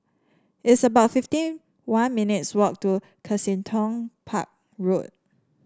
it's about fifty one minutes' walk to Kensington Park Road